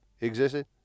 existed